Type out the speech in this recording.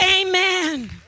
Amen